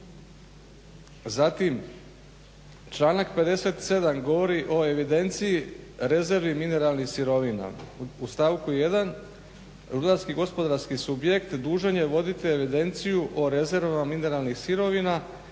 Zatim članak 57. govori o evidenciji rezervi mineralnih sirovina. U stavku 1. rudarski gospodarski subjekt dužan je voditi evidenciju o rezervama mineralnih sirovina